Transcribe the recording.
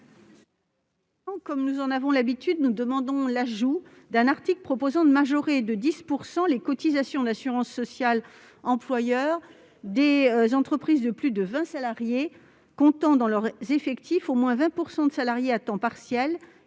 Comme nous avons l'habitude de le faire, nous demandons l'ajout d'un article proposant de majorer de 10 % les cotisations d'assurance sociale employeur des entreprises de plus de 20 salariés comptant dans leurs effectifs au moins 20 % de salariés à temps partiel,